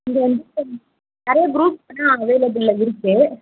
இங்கே வந்து நிறைய குரூப்ஸ்லாம் அவைலப்பிள்ல இருக்கு